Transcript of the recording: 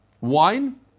Wine